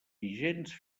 vigents